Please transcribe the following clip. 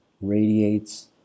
radiates